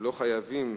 לא חייבים